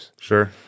Sure